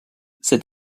cet